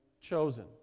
chosen